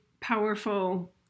powerful